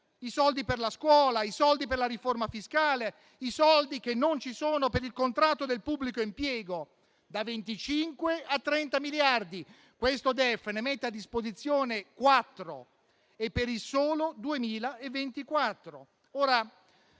i soldi per la scuola, i soldi per la riforma fiscale e i soldi che non ci sono per il contratto del pubblico impiego. Da 25 a 30 miliardi: questo DEF ne mette a disposizione quattro e per il solo 2024.